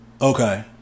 Okay